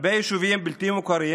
הרבה יישובים בלתי מוכרים